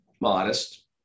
modest